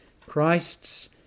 Christ's